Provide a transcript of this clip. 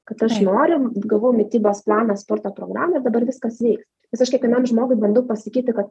kad aš noriu gavau mitybos planą sporto programą ir dabar viskas veiks nes aš kiekvienam žmogui bandau pasakyti kad